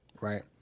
right